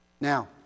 Now